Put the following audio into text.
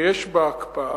שיש בה הקפאה.